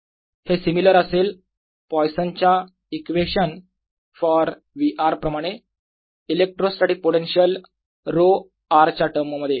हे सिमिलर असेल पॉइसन च्या equation Poisson's equation for V r प्रमाणे इलेक्ट्रोस्टॅटीक पोटेन्शिअल रो r च्या टर्ममध्ये